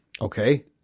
Okay